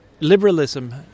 liberalism